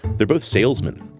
they're both salesmen.